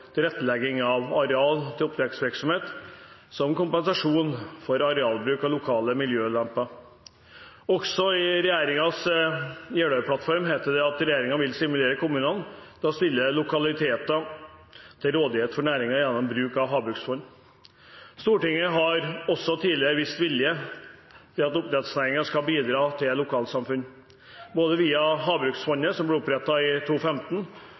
tilrettelegging av areal til oppdrettsvirksomhet, som kompensasjon for arealbruk og lokale miljøulemper. Også i regjeringens Jeløya-plattform heter det at regjeringen vil «stimulere kommunene til å stille lokaliteter til rådighet for næringen gjennom bruk av havbruksfond». Stortinget har også tidligere vist vilje til at oppdrettsnæringen skal bidra til lokalsamfunn, både via Havbruksfondet, som ble opprettet i